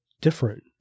different